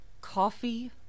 coffee